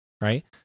right